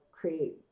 create